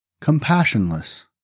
compassionless